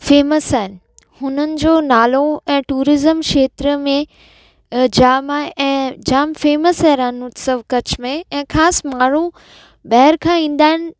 famous आहिनि हुननि जो नालो ऐं टूरिज़म खेत्र में जाम आहे ऐं जाम फेमस आहे रण उत्सव कच्छ में ऐं ख़ासि माण्हू ॿाहिरि खां ईंदा आहिनि